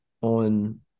on